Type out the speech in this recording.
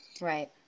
right